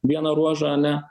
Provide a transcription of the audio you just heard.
vieną ruožą ane